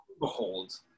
behold